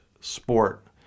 sport